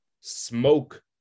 smoke